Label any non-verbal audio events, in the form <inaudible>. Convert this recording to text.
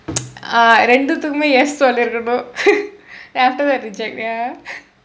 ah இரண்டுத்துக்குமே:iranduthukkumee yes சொல்லிறக்கணும்:sollirakkanum <laughs> then after that reject ya